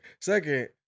second